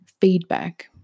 feedback